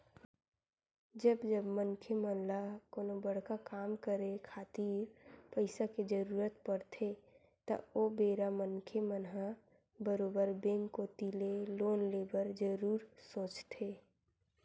जब जब मनखे मन ल कोनो बड़का काम करे खातिर पइसा के जरुरत पड़थे त ओ बेरा मनखे मन ह बरोबर बेंक कोती ले लोन ले बर जरुर सोचथे